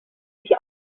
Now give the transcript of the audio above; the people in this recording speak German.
sich